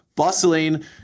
Bustling